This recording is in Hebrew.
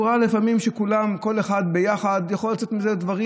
ראה שלפעמים כשכולם ביחד יכולים לצאת מזה דברים,